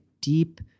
deep